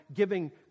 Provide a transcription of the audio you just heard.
giving